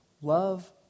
Love